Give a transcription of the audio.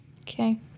Okay